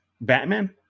Batman